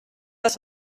was